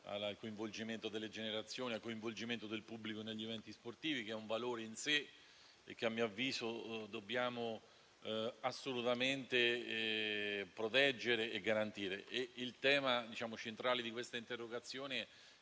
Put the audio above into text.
al coinvolgimento delle generazioni e del pubblico negli eventi sportivi, che è un valore in sé e che, a mio avviso, dobbiamo assolutamente proteggere e garantire. Il tema centrale dell'interrogazione è